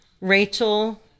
Rachel